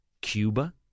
Cuba